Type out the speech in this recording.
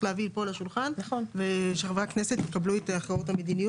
להביא לפה לשולחן כדי שחברי הכנסת יקבלו אותן.